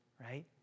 right